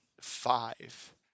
five